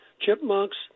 chipmunks